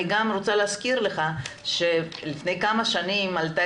אני גם רוצה להזכיר לך שלפני כמה שנים עלתה